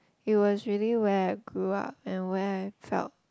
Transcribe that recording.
it was really where I grew up and where I felt